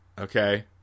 Okay